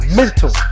mental